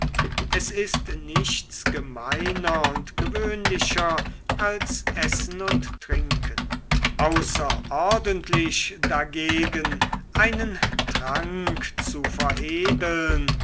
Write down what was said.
es ist nichts gemeiner und gewöhnlicher als essen und trinken außerordentlich dagegen einen trank zu veredeln